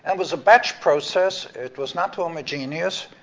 and was a batch process, it was not homogeneous,